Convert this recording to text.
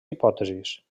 hipòtesis